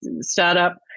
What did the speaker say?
startup